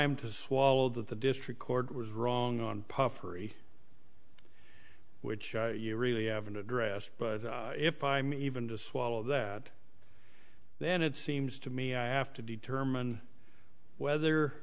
am to swallow that the district court was wrong on puffery which you really haven't addressed but if i'm even to swallow that then it seems to me i have to determine whether